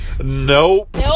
Nope